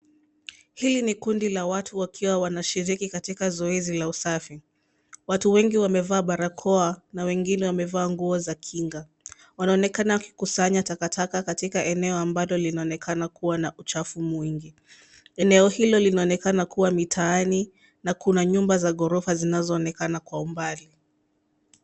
Hili ni kundi la watu wakiwa wanashiriki katika zoezi la usafi. Watu wengi wamevaa barakoa na wengine wamevaa nguo za kinga. Wanaonekana wakikusanya takataka katika eneo ambalo linaonekana kuwa na uchafu mwingi. Eneo hilo linaonekana kuwa mitaaani na kuna nyumba za gorofa zinazoonekana kwa umbali.